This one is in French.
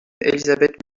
elisabeth